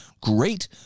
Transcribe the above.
great